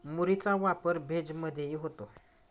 मुरीचा वापर भेज मधेही होतो